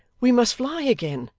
we must fly again.